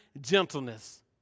gentleness